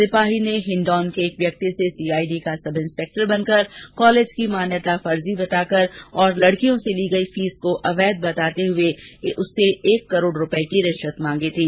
सिपाही ने हिंडौन के एक व्यक्ति से सीआईडी का सब इंस्पेक्टर बनकर कॉलेज की मान्यता फर्जी बताकर और लड़कियों से ली गई फीस को अवैध बताते हुए उससे एक करोड रूपए की रिश्वत मांगी थी